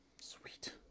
Sweet